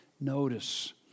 notice